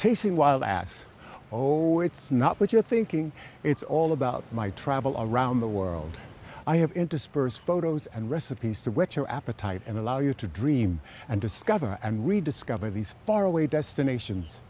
chasing wild ass or it's not what you're thinking it's all about my travel all around the world i have interspersed photos and recipes to whet your appetite and allow you to dream and discover and rediscover these faraway destinations